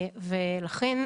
ולכן,